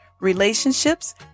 relationships